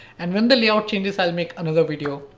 and when the layout changes, i'll make another video.